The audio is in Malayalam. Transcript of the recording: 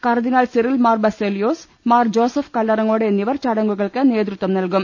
കർദിനാൾ സിറിൽ മാർ ബസേലിയോസ് മാർ ജോസഫ് കല്ലറങ്ങോട്ട് എന്നിവർ ചട ങ്ങുകൾക്ക് നേതൃത്വം നൽകും